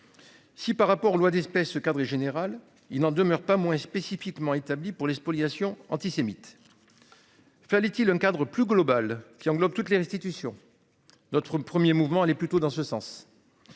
Si par rapport aux lois d'espèces cadre général, il n'en demeure pas moins spécifiquement établi pour les spoliations antisémites. Fallait-il un cadre plus global qui englobe toutes les restitutions. Notre 1er mouvement allait plutôt dans ce sens.